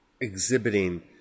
exhibiting